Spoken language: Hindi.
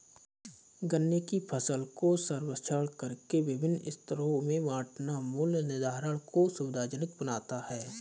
गन्ने की फसल का सर्वेक्षण करके विभिन्न स्तरों में बांटना मूल्य निर्धारण को सुविधाजनक बनाता है